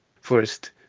First